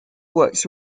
works